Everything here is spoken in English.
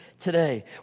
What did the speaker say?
today